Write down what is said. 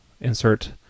insert